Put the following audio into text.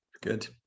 Good